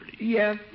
Yes